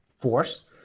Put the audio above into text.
force